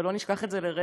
ולא נשכח את זה לרגע.